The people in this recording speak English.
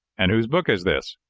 and whose book is this?